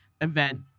event